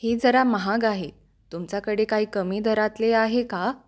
ही जरा महाग आहे तुमच्याकडे काही कमी दरातले आहे का